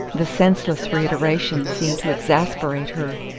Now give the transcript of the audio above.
the senseless reiteration seemed to exasperate her.